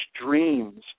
dreams